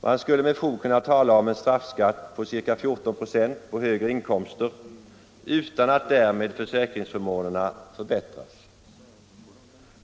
Man skulle med fog kunna tala om en straffskatt på ca 14 96 på högre inkomster utan någon motsvarande förbättring av försäktingsförmånerna.